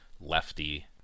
lefty